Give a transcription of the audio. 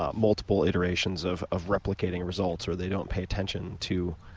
ah multiple iterations of of replicating results or they don't pay attention to